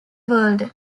world